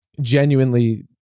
genuinely